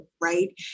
right